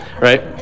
right